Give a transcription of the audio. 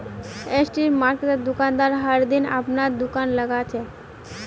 street मार्किटोत दुकानदार हर दिन अपना दूकान लगाहा